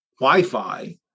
Wi-Fi